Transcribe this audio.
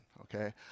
okay